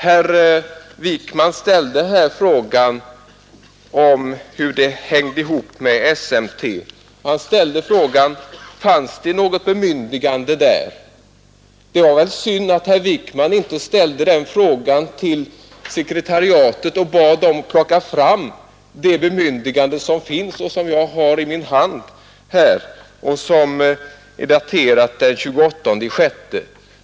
Herr Wijkman undrade hur det hängde ihop med SMT, och han ställde frågan: Fanns det något bemyndigande där? Det var synd att herr Wijkman inte ställde den frågan till sekretariatet, som i så fall hade kunnat plocka fram det bemyndigande som finns, daterat den 28 juni, och som jag har i min hand här.